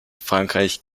frankreich